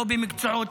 לא במקצועות,